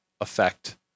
effect